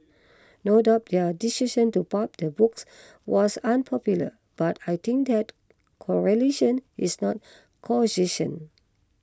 no doubt their decision to pulp the books was unpopular but I think that correlation is not causation